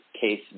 case